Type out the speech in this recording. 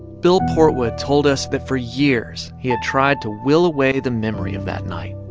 bill portwood told us that for years he had tried to will away the memory of that night,